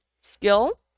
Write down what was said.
Skill